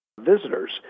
visitors